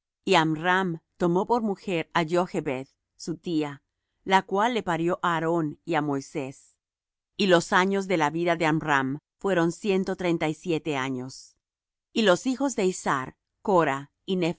amram tomó por mujer á jochbed su tía la cual le parió á aarón y á moisés y los años de la vida de amram fueron ciento treinta y siete años y los hijos de izhar cora